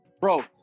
bro